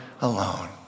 alone